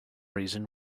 reason